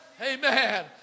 Amen